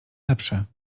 lepsze